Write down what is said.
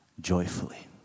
joyfully